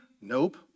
Nope